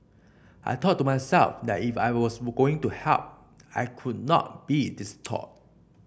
I thought to myself that if I was going to help I could not be distraught